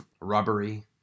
rubbery